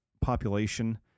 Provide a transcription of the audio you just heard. population